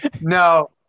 no